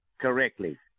correctly